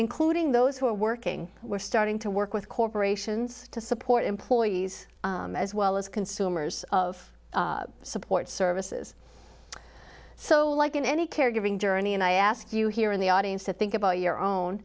including those who are working we're starting to work with corporations to support employees as well as consumers of support services so like in any caregiving journey and i ask you here in the audience to think about your own